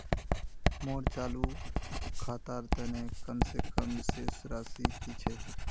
मोर चालू खातार तने कम से कम शेष राशि कि छे?